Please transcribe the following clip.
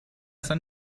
اصلا